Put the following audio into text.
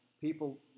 people